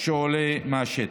שעלה מהשטח.